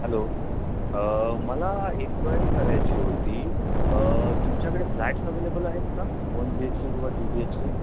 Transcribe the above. hello मला enquiry करायची होती तुमच्याकडे फ्लॅट्स अव्हेलेबल आहेत का वन बी एच के किंवा टू बी एच के